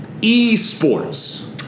Esports